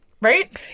right